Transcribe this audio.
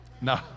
No